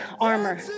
armor